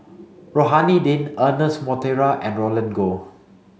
Rohani Din Ernest Monteiro and Roland Goh